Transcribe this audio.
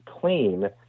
clean